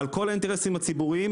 על כל האינטרסים הציבוריים,